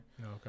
Okay